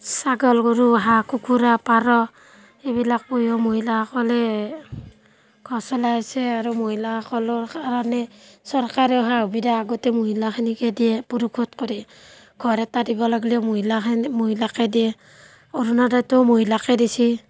ছাগল গৰু হাঁহ কুকুৰা পাৰ এইবিলাক পুহিও মহিলাসকলে ঘৰ চলাই আছে আৰু মহিলাসকলৰ কাৰণে চৰকাৰেও সা সুবিধা গোটেই মহিলাখিনিকে দিয়ে পুৰুষত কৰি ঘৰ এটা দিব লাগিলিও মহিলাখিনি মহিলাকে দিয়ে অৰুণোদয়টোও মহিলাকে দিছে